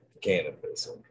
cannabis